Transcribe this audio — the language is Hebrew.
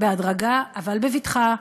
בהדרגה אבל בבטחה,